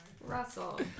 Russell